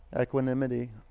Equanimity